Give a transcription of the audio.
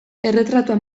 erretratuak